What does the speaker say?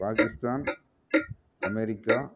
Pakistan America